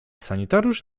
sanitariusz